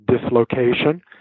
dislocation